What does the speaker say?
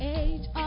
age